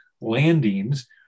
landings